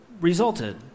resulted